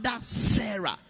Sarah